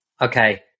Okay